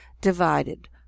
Divided